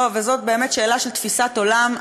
וזאת שאלה של תפיסת עולם,